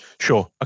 Sure